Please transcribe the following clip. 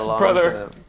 brother